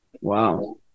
Wow